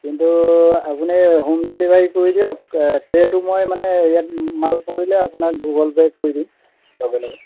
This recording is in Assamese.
কিন্তু আপুনি হোম ডেলিভাৰী কৰি দিয়ক পে'টো মই মানে ইয়াত মাল পৰিলে আপোনাক গুগল পে' কৰি দিম লগেলগে